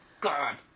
God